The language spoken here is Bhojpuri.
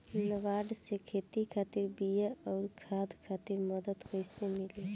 नाबार्ड से खेती खातिर बीया आउर खाद खातिर मदद कइसे मिली?